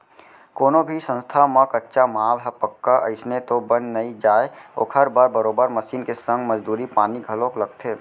कोनो भी संस्था म कच्चा माल ह पक्का अइसने तो बन नइ जाय ओखर बर बरोबर मसीन के संग मजदूरी पानी घलोक लगथे